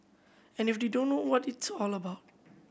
and if they don't know what it's all about